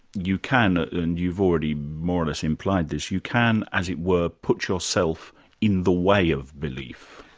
you can and you've already more or less implied this, you can as it were put yourself in the way of belief.